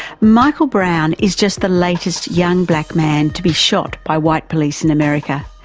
michael brown is just the latest young black man to be shot by white police in america,